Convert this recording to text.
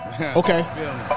Okay